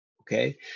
okay